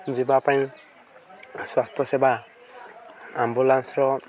ଯିବା ପାଇଁ ସ୍ୱାସ୍ଥ୍ୟ ସେବା ଆମ୍ବୁଲାନ୍ସର